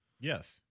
Yes